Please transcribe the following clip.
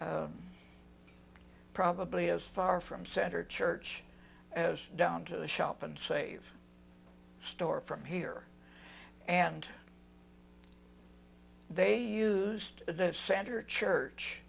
probably as far from center church as down to the shop and save store from here and they used the data center church